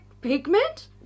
pigment